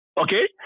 okay